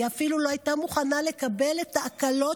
היא אפילו לא הייתה מוכנה לקבל את ההקלות